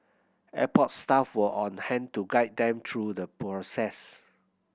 airport staff were on hand to guide them through the process